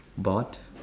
bought